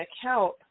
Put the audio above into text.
account